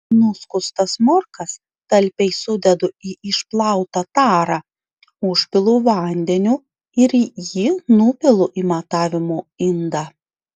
nuskustas morkas talpiai sudedu į išplautą tarą užpilu vandeniu ir jį nupilu į matavimo indą